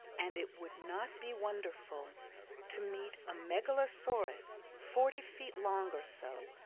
and it would not be wonderful to meet a megalosaurus, forty feet long or so,